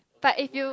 but if you